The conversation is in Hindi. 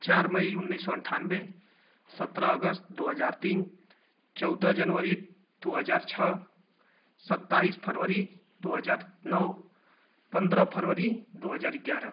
चार मई उन्नीस सौ अनठानबे सतरह अगस्त दो हज़ार तीन चौदह जनवरी दो हज़ार छह सत्ताइस फरवरी दो हज़ार नौ पन्द्रह फरवरी दो हज़ार ग्यारह